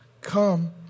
Come